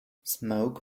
smoke